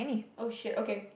oh shit okay